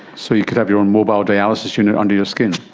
so you could have your own mobile dialysis unit under your skin.